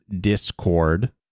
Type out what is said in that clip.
Discord